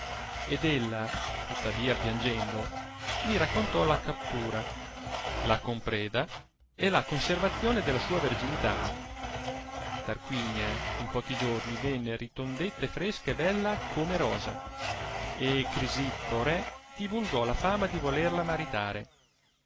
ed ella tuttavia piangendo li raccontò la captura la compreda e la conservazione della sua verginità tarquinia in pochi giorni venne ritondetta e fresca e bella come rosa e crisippo re divulgò la fama di volerla maritare